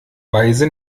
weise